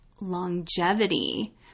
longevity